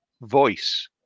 Voice